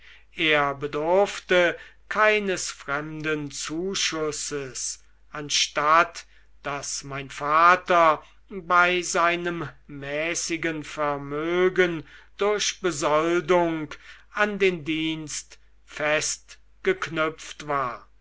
er bedurfte keines fremden zuschusses anstatt daß mein vater bei seinem mäßigen vermögen durch besoldung an den dienst fest geknüpft war